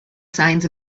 signs